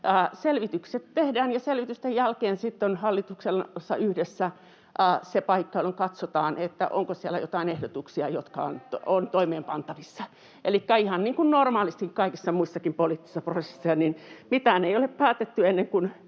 selvitykset tehdään, ja selvitysten jälkeen sitten on hallituksella yhdessä se paikka, jolloin katsotaan, onko siellä joitain ehdotuksia, jotka ovat toimeenpantavissa. [Mari Rantasen välihuuto] Elikkä ihan niin kun normaalistikin kaikissa muissakin poliittisissa prosesseissa: mitään ei ole päätetty, ennen kuin